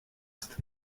ist